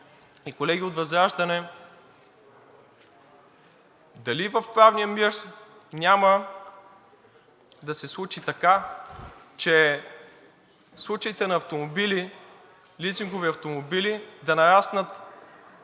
и колеги от ВЪЗРАЖДАНЕ, дали в правния мир няма да се случи така, че случаите на лизингови автомобили да нараснат